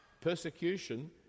persecution